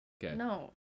No